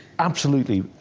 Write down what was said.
absolutely,